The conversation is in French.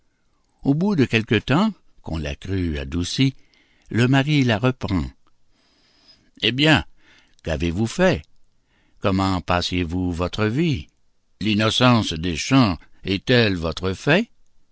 au bout de quelque temps qu'on la crut adoucie le mari la reprend eh bien qu'avez-vous fait comment passiez-vous votre vie l'innocence des champs est-elle votre fait